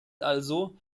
also